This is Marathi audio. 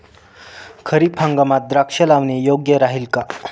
खरीप हंगामात द्राक्षे लावणे योग्य राहिल का?